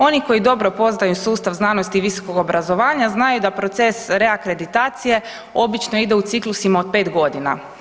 Oni koji dobro poznaju sustav znanosti i visokog obrazovanja znaju da proces reakreditacije obično ide u ciklusima od 5 godina.